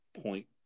point